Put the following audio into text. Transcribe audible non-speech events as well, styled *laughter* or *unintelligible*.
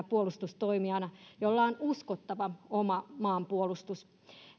*unintelligible* puolustustoimijana jolla on uskottava oma maanpuolustus